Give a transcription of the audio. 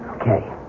Okay